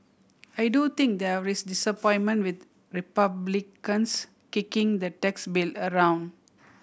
I do think there is disappointment with Republicans kicking the tax bill around